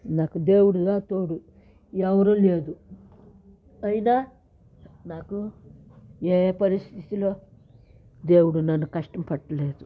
నాకు దేవుడు దా తోడు ఎవరూ లేరు అయినా నాకు ఏ పరిస్థితిలో దేవుడు నన్ను కష్టం పెట్టలేదు